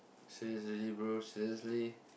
so is legit bro seriously